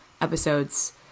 episodes